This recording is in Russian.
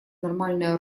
нормальное